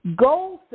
Goal